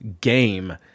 game